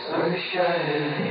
Sunshine